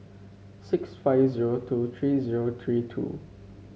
six five zero two three zero three two